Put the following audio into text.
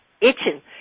itching